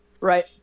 right